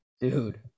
Dude